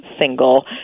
single